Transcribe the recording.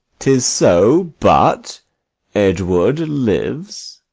tis so but edward lives.